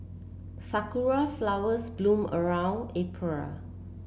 sakura flowers bloom around April